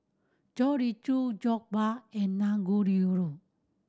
Chorizo Jokbal and Dangojiru